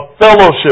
fellowship